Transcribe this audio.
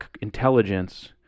intelligence